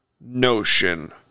notion